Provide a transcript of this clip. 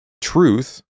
truth